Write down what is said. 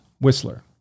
Whistler